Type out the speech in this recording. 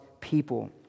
people